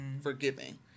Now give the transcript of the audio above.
forgiving